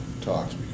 talks